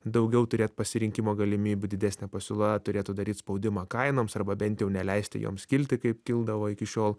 daugiau turėt pasirinkimo galimybių didesnė pasiūla turėtų daryt spaudimą kainoms arba bent jau neleisti joms kilti kaip kildavo iki šiol